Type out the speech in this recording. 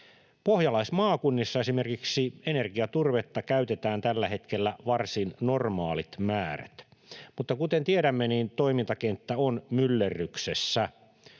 pohjalaismaakunnissa energiaturvetta käytetään tällä hetkellä varsin normaalit määrät, mutta kuten tiedämme, toimintakenttä on myllerryksessä.